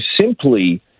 simply